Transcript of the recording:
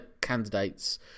candidates